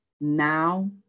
Now